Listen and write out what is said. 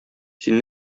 син